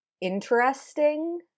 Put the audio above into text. interesting